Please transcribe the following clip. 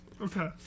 Okay